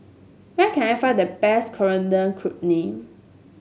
where can I find the best Coriander Chutney